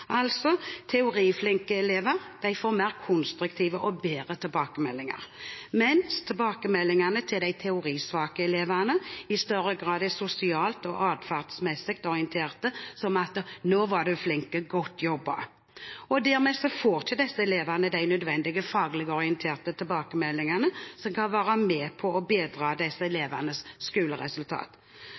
Teoriflinke elever får altså mer konstruktive og bedre tilbakemeldinger, mens tilbakemeldingene til de teorisvake elevene i større grad er sosialt og atferdsmessig orientert, som: Nå var du flink, godt jobbet! Dermed får ikke disse elvene de nødvendige faglig orienterte tilbakemeldingene som kan være med på å bedre deres skoleresultat.